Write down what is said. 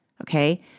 Okay